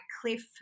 cliff